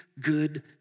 good